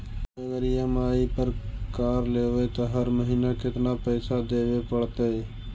अगर ई.एम.आई पर कार लेबै त हर महिना केतना पैसा देबे पड़तै?